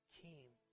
came